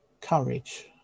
courage